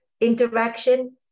interaction